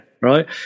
Right